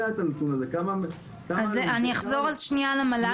אני אחזור רגע למל"ג.